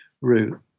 route